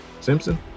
Simpson